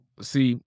see